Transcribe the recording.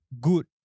good